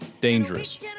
Dangerous